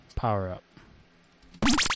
Power-up